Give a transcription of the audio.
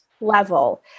level